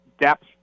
depth